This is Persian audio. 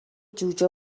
جوجه